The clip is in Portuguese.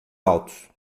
altos